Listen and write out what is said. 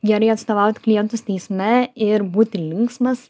gerai atstovaut klientus teisme ir būti linksmas